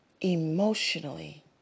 Emotionally